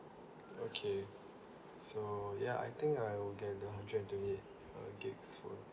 okay so ya I think I will get the hundred and twenty eight uh gigs phone